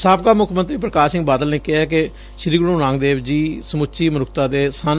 ਸਾਬਕਾ ਮੁੱਖ ਮੰਤਰੀ ਪ੍ਰਕਾਸ਼ ਸਿੰਘ ਬਾਦਲ ਨੇ ਕਿਹਾ ਕਿ ਸ੍ੀ ਗੁਰੁ ਨਾਨਕ ਦੇਵ ਜੀ ਸਮੁੱਚੀ ਮਨੁੱਖਤਾ ਦੇ ਸਨ